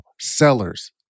sellers